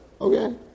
Okay